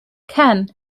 ken